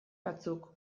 batzuk